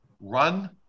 run